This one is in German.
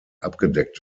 abgedeckt